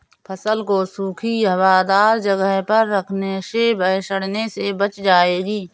फसल को सूखी, हवादार जगह पर रखने से वह सड़ने से बच जाएगी